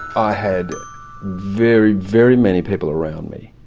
i had very, very many people around me